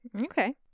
Okay